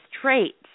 traits